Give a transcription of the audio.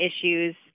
issues